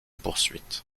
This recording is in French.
poursuite